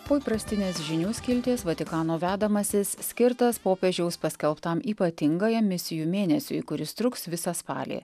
po įprastinės žinių skilties vatikano vedamasis skirtas popiežiaus paskelbtam ypatingajam misijų mėnesiui kuris truks visą spalį